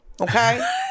okay